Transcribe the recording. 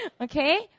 Okay